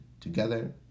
together